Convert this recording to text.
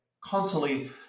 constantly